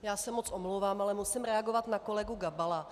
Já se moc omlouvám, ale musím reagovat na kolegu Gabala.